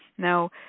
Now